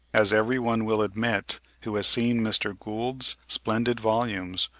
as every one will admit who has seen mr. gould's splendid volumes,